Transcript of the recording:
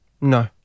No